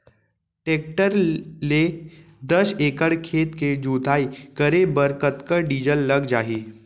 Tractor ले दस acre खेत के जुताई करे बर कतका डीजल लग जाही?